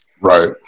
Right